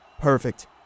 Perfect